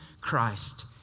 Christ